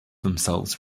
themselves